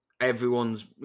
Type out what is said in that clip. everyone's